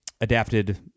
adapted